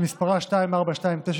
שמספרה 2429,